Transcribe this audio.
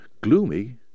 gloomy